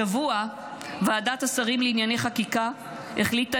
השבוע ועדת השרים לענייני חקיקה החליטה